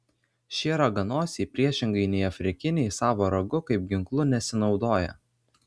šie raganosiai priešingai nei afrikiniai savo ragu kaip ginklu nesinaudoja